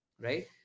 right